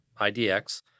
IDX